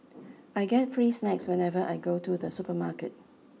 I get free snacks whenever I go to the supermarket